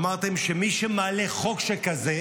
אמרתם שמי שמעלה חוק שכזה,